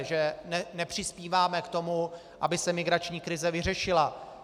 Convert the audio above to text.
Že nepřispíváme k tomu, aby se migrační krize vyřešila.